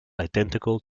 identical